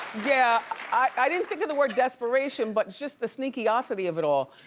yeah i didn't think of the word desperation but just the sneakyocity of it all.